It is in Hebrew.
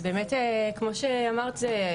כמו שאמרת,